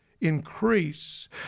increase